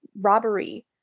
robbery